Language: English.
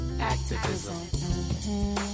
Activism